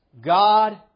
God